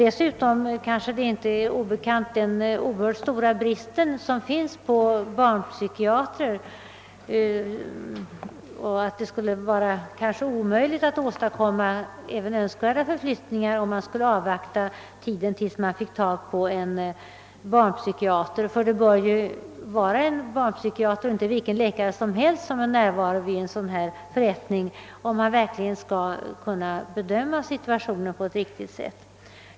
Dessutom är det kanske inte heller obekant att det föreligger en stor brist på barnpsykiatrer, och att det skulle vara omöjligt att åstadkomma även önskvärda förflyttningar, om man skulle vara tvungen att avvakta den tidpunkt när en barnpsykiater är tillgänglig — ty det bör ju vara en sådan och inte vilken läkare som helst, som skall vara närvarande vid en förrättning av detta slag, om vederbörande verkligen skall kunna bedöma situationen på ett riktigt sätt.